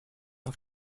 auf